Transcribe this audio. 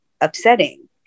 upsetting